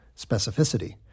Specificity